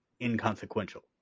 inconsequential